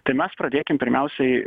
tai mes pradėkim pirmiausiai